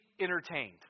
entertained